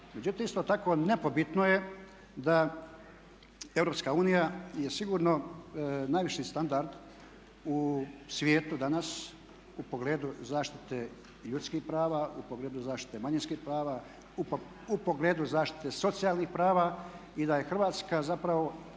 Međutim, isto tako nepobitno je da EU je sigurno najviši standard u svijetu danas u pogledu zaštite ljudskih prava, u pogledu zaštite manjinskih prava, u pogledu zaštite socijalnih prava i da je Hrvatska zapravo